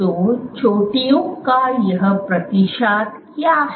तो चोटियों का यह प्रतिशत क्या है